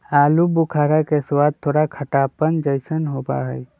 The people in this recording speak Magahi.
आलू बुखारा के स्वाद थोड़ा खट्टापन जयसन होबा हई